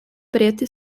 preta